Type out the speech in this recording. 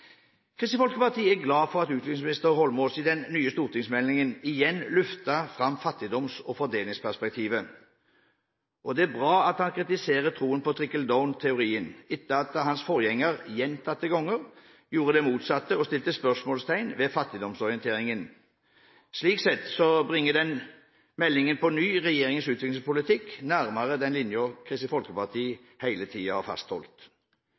Kristelig Folkeparti er glad for at utviklingsminister Eidsvoll Holmås i den nye stortingsmeldingen igjen løfter fram fattigdoms- og fordelingsperspektivet. Det er bra at han kritiserer troen på «trickle down»-teorien etter at hans forgjenger gjentatte ganger gjorde det motsatte og stilte spørsmålstegn ved fattigdomsorienteringen. Slik sett bringer meldingen på ny regjeringens utviklingspolitikk nærmere den linjen Kristelig Folkeparti hele tiden har fastholdt.